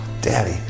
daddy